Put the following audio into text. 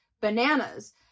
bananas